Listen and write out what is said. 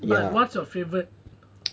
but what's your favourite